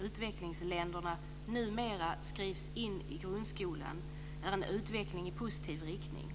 utvecklingsländerna numera skrivs in i grundskolan är en utveckling i positiv riktning.